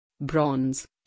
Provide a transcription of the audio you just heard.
Bronze